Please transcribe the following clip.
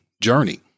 journey